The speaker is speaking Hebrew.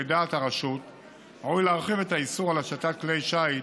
לדעת הרשות ראוי להרחיב את האיסור על השטת כלי שיט,